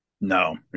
No